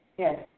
Yes